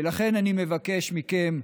ולכן אני מבקש מכם,